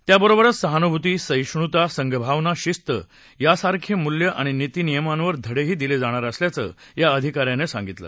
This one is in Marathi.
त्याबरोबरच सहानुभूती सहिष्णूता संघभावना शिस्त यासारख्या मूल्य आणि निती नियमावर धडेही दिले जाणार असल्याचं या अधिका यांनी सांगितलं